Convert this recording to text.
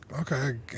okay